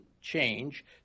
change